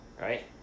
right